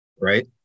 Right